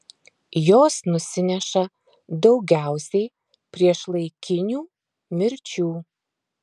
jos nusineša daugiausiai priešlaikinių mirčių